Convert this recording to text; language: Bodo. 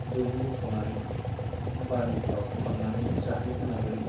दिरुं बस'नानै बारिफ्राव हाबनानै जाहैनो नाजायो